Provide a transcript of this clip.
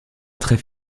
très